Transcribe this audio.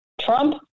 Trump